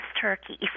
turkey